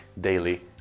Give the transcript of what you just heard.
daily